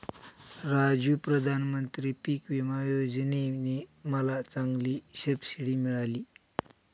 राजू प्रधानमंत्री पिक विमा योजने ने मला चांगली सबसिडी मिळाली